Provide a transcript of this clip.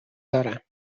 دارم